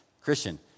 Christian